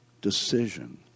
decision